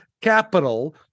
capital